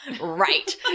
right